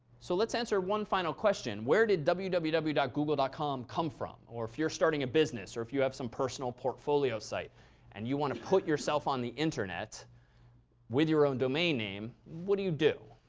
so let's answer one final question. where did www www dot google dot com come from? or if you're starting a business or if you have some personal portfolio site and you want to put yourself on the internet with your own domain name, what do you do?